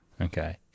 Okay